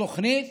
התוכנית